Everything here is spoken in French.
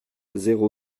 zéro